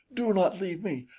do not leave me.